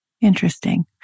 Interesting